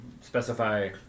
specify